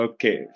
Okay